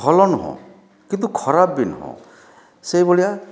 ଭଲ ନୁହେଁ କିନ୍ତୁ ଖରାପ ବି ନୁହେଁ ସେହିଭଳିଆ